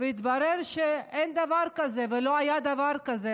והתברר שאין דבר כזה ולא היה דבר כזה,